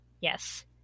Yes